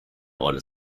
order